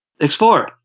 explore